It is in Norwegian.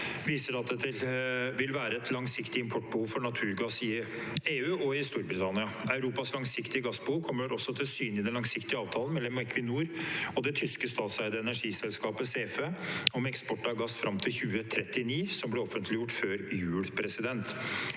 viser at det vil være et langsiktig importbehov for naturgass i EU og i Storbritannia. Europas langsiktige gassbehov kommer også til syne i den langsiktige avtalen mellom Equinor og det tyske statseide energiselskapet Sefe om eksport av gass fram til 2039, som ble offentliggjort før jul.